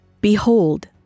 Behold